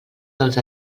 dels